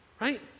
right